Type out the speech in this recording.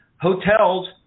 hotels